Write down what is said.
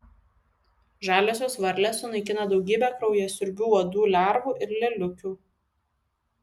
žaliosios varlės sunaikina daugybę kraujasiurbių uodų lervų ir lėliukių